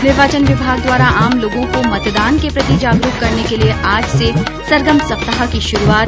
निर्वाचन विभाग द्वारा आम लोगों को मतदान के प्रति जागरूक करने के लिये आज से सरगम सप्ताह की शुरूआत